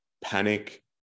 panic